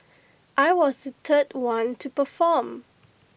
I was the third one to perform